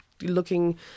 looking